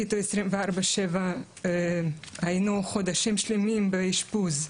איתו 24/7. היינו חודשים שלמים באשפוז.